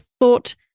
thought